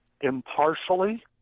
impartially